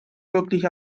wirklich